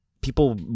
people